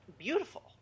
beautiful